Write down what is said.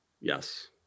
Yes